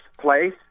place